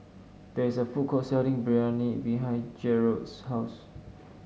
there is a food court selling Biryani behind Jerod's house